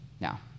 Now